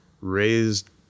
raised